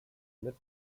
mit